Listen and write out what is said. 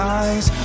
eyes